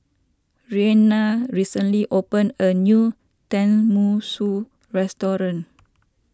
Reina recently opened a new Tenmusu Restaurant